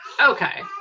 okay